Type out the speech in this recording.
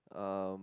um